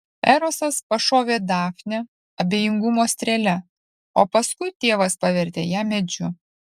erosas pašovė dafnę abejingumo strėle o paskui tėvas pavertė ją medžiu